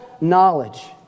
knowledge